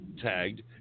tagged